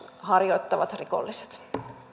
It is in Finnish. harjoittavat rikolliset